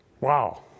Wow